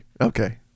okay